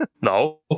No